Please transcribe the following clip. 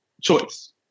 choice